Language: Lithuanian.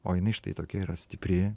o jinai štai tokia yra stipri